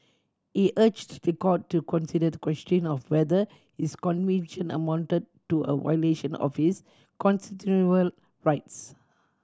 he urged the court to consider the question of whether his conviction amounted to a violation of his constitutional rights